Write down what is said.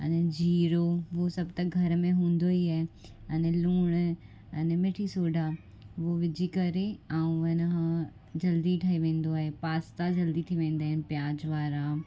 अने जीरो उहे सभु घर में हूंदो ई आहे अने लूणु अने मिठी सोडा उहो विझी करे ऐं हिन खां जल्दी ठही वेंदो आहे पास्ता जल्दी ठही वेंदा आहिनि प्याज वारा